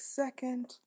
second